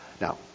Now